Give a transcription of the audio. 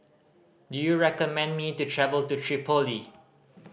do you recommend me to travel to Tripoli